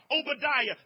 Obadiah